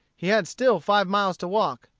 he had still five miles to walk,